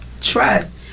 trust